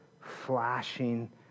flashing